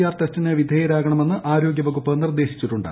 R ടെസ്റ്റിന് വിധേയരാകണമെന്ന് ആരോഗ്യവകുപ്പ് നിർദ്ദേശിച്ചിട്ടുണ്ട്